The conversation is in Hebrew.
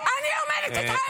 --- אני אומרת את האמת, את שקרנית.